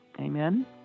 Amen